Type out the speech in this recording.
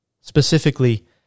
Specifically